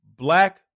Black